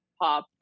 pop